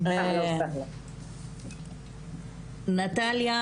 נטליה